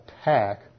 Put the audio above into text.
attack